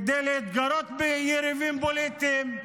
כדי להתגרות ביריבים פוליטיים.